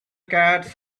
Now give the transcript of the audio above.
cats